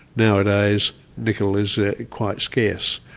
nowadays nickel is ah quite scarce.